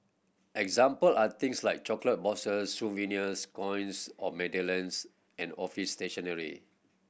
example are things like chocolate boxes souvenirs coins or medallions and office stationery